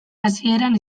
hasieran